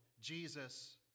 Jesus